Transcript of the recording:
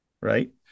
Right